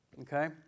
Okay